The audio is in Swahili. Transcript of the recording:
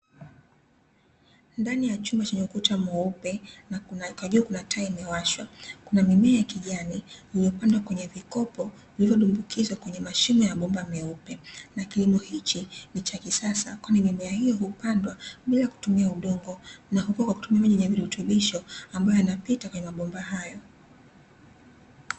Ndani ya chumba chenye ukuta mweupe na kwa juu kuna taa imewashwa, kuna mimea ya kijani iliyopandwa kwenye vikopo vilivyodumbukizwa kwenye mashimo ya bomba jeupe. Na kilimo hichi ni cha kisasa, kwani mimea hiyo hupandwa bila kutumia udongo na hukua kwa kutumia maji yenye virutubisho, ambavyo hupita kwenye mabomba hayo.